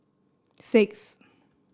six